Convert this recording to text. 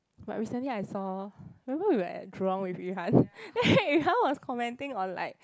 but recently I saw remember we were at Jurong with Yu Han then Yu Han was commenting on like